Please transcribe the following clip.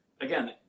again